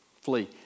Flee